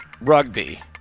Rugby